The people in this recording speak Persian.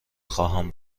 خواهم